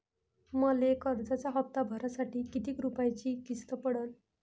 मले कर्जाचा हप्ता भरासाठी किती रूपयाची किस्त पडन?